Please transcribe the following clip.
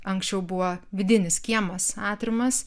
anksčiau buvo vidinis kiemas atriumas